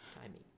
timing